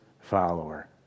follower